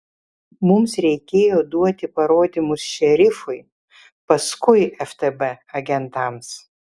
mums reikėjo duoti parodymus šerifui paskui ftb agentams